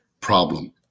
problem